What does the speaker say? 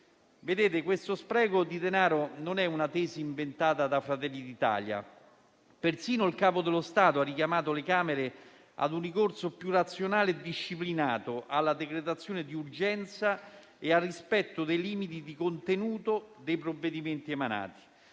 Paese. Questo spreco di denaro non è una tesi inventata da Fratelli d'Italia. Persino il Capo dello Stato ha richiamato le Camere a un ricorso più razionale e disciplinato alla decretazione di urgenza e al rispetto dei limiti di contenuto dei provvedimenti emanati.